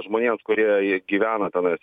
žmonėms kurie gyvena tenais